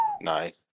Nice